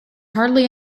hardly